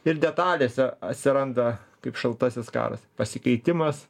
ir detalėse atsiranda kaip šaltasis karas pasikeitimas